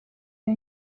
iyo